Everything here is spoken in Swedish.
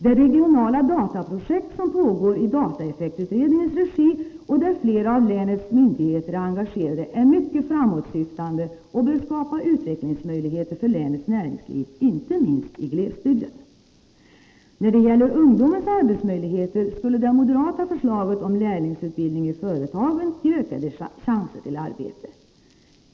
Det regionala dataprojekt som pågår i dataeffektutredningens regi och där flera av länets myndigheter är engagerade är mycket framåtsyftande och bör skapa utvecklingsmöjligheter för länets näringsliv, inte minst i glesbygden. När det gäller ungdomens arbetsmöjligheter skulle det moderata förslaget om lärlingsutbildning i företagen ge ökade chanser till arbete.